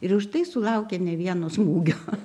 ir už tai sulaukė ne vieno smūgio